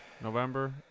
november